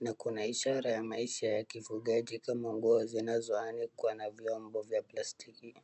na kuna ishara ya maisha ya kifugaji kama nguo zinazoanikwa na vyombo vya plastiki.